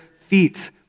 feet